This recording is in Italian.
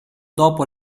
dopo